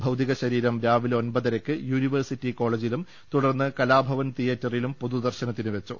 ഭൌതികശരീരം രാവിലെ ഒമ്പതരയ്ക്ക് യൂണിവേഴ്സിറ്റി കോളേജിലും തുടർന്ന് കലാഭവൻ തിയേറ്റ റിലും പൊതുദർശനത്തിനുവെച്ചു